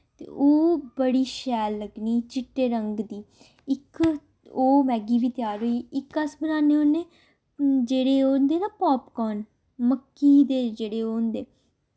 ते ओह् बड़ी शैल लग्गनी चिट्टे रंग दी इक ओह् मैगी बी त्यार होई इक अस बनाने होन्ने जेह्ड़े ओह् होंदा ना पापकोन मक्की दे जेह्ड़े ओह् होंदे